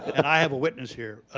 and i have a witness here.